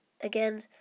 Again